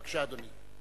בבקשה, אדוני.